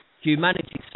humanity